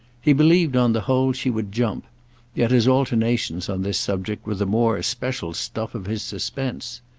he believed on the whole she would jump yet his alternations on this subject were the more especial stuff of his suspense.